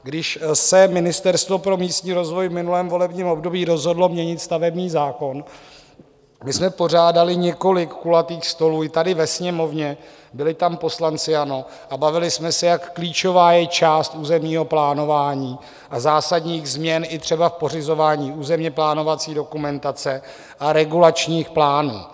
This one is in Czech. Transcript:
Když se Ministerstvo pro místní rozvoj v minulém volebním období rozhodlo měnit stavební zákon, my jsme pořádali několik kulatých stolů i tady ve Sněmovně byli tam poslanci ANO a bavili jsme se, jak klíčová je část územního plánování a zásadních změn i třeba v pořizování územněplánovací dokumentace a regulačních plánů.